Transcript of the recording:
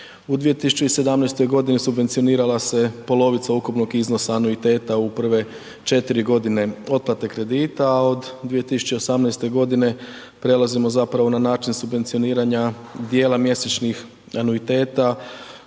U 2017. godini subvencionirala se polovica ukupnog iznosa anuiteta u prve 4 godine otplate kredita, a od 2018. godine prelazimo zapravo na način subvencioniranja dijela mjesečnih anuiteta